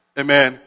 Amen